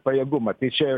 pajėgumą tai čia